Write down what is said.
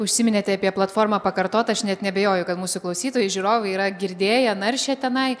užsiminėte apie platformą pakartot aš net neabejoju kad mūsų klausytojai žiūrovai yra girdėję naršę tenai